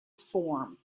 form